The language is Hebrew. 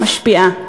משפיעה.